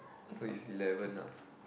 so it's eleven ah